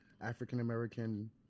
African-American